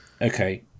Okay